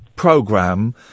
program